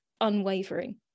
unwavering